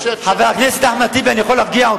(חבר הכנסת רוני בר-און יוצא מאולם המליאה.) חבר הכנסת אחמד טיבי,